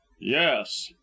Yes